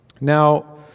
Now